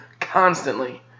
constantly